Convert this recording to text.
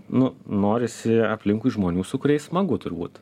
nu norisi aplinkui žmonių su kuriais smagu turbūt